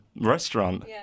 restaurant